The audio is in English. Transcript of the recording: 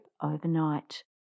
overnight